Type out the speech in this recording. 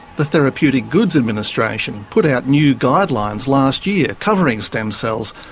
the therapeutic goods administration put out new guidelines last year covering stem cells,